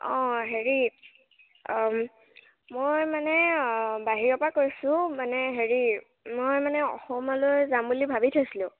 অঁ হেৰি মই মানে বাহিৰৰপৰা কৈছোঁ মানে হেৰি মই মানে অসমলৈ যাম বুলি ভাবি থৈছিলোঁ